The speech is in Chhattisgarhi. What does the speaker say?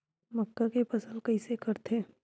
मक्का के फसल कइसे करथे?